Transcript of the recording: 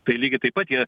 tai lygiai taip pat jei